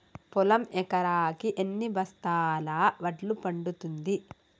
పొలం ఎకరాకి ఎన్ని బస్తాల వడ్లు పండుతుంది?